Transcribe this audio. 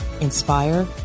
inspire